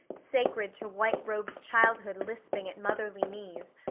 sacred to white-robed childhood lisping at motherly knees,